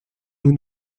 nous